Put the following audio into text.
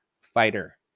Fighter